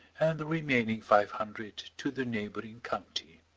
and the remaining five hundred to the neighbouring county.